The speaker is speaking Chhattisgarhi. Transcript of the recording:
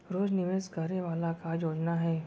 रोज निवेश करे वाला का योजना हे?